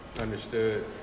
Understood